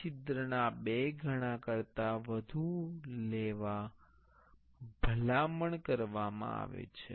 આ છિદ્ર ના 2 ગણા કરતા વધુ લેવા ભલામણ કરવામાં આવે છે